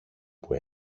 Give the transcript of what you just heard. που